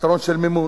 פתרון של מימון.